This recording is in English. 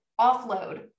offload